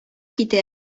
китә